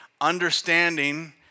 Understanding